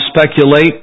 speculate